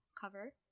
cover